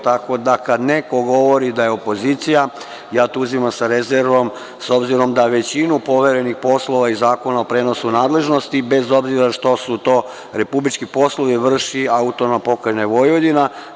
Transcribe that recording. Tako da, kada neko govori da je opozicija, ja to uzimam sa rezervom, s obzirom da većinu poverenih poslova i zakona o prenosu nadležnosti, bez obzira što su to republički poslovi, vrši AP Vojvodina.